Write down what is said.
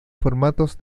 formatos